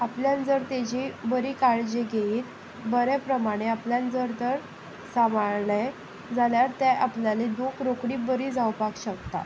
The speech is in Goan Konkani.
आपल्यान जर तेजी बरी काळजी घेत बऱ्या प्रमाणें आपल्यान जर तर सांबाळळें जाल्यार तें आपल्याली दूख रोखडी बरी जावपाक शकता